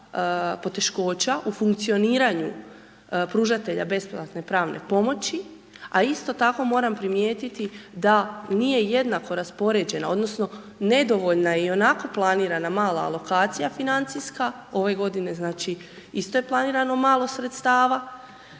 poteškoća u funkcioniranju pružatelja besplatne pravne pomoći, a isto tako moram primijetiti da nije jednako raspoređena odnosno nedovoljna je ionako planirana mala alokacija financijska, ove godine, znači, isto je planirano malo sredstava